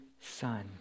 Son